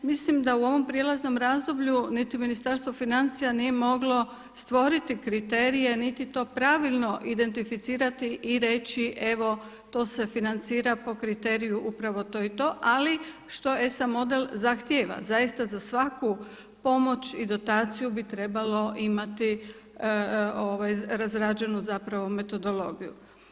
Mislim da u ovom prijelaznom razdoblju niti Ministarstvo financija nije moglo stvoriti kriterije niti to pravilno identificirati i reći evo to se financira po kriteriju upravo to i to, ali što ESA model zahtjeva, zaista za svaku pomoć i za svaku pomoć i dotaciju bi trebalo imati razrađenu metodologiju.